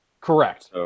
Correct